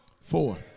Four